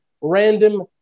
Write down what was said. random